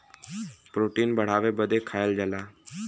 protein बढ़ावे बदे खाएल जाला